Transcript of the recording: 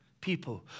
people